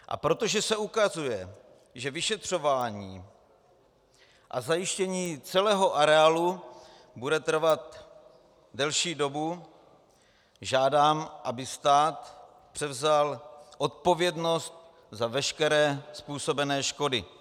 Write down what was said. A protože se ukazuje, že vyšetřování a zajištění celého areálu bude trvat delší dobu, žádám, aby stát převzal odpovědnost za veškeré způsobené škody.